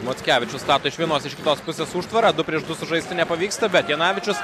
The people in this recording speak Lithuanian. mockevičius stato iš vienos iš kitos pusės užtvarą du prieš du sužaisti nepavyksta bet janavičius